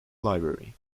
library